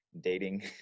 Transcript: dating